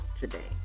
today